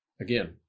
again